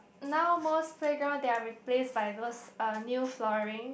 now most playground there are replaced by those new flooring